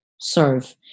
serve